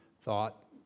thought